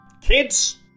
Kids